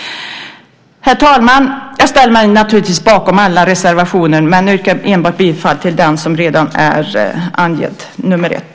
Herr talman! Jag ställer mig naturligtvis bakom alla reservationer men yrkar bifall bara till den som redan är angiven, nämligen nr 1.